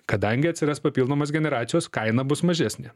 kadangi atsiras papildomos generacijos kaina bus mažesnė